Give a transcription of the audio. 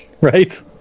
Right